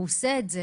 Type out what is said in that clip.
הוא עושה את זה